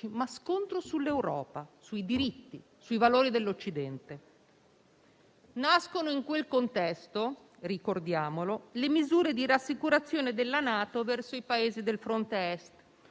uno scontro sull'Europa, sui diritti e sui valori dell'Occidente. Nascono in quel contesto, ricordiamolo, le misure di rassicurazione della NATO verso i Paesi del fronte Est,